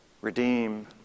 redeem